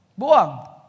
Buang